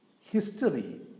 History